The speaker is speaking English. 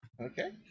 Okay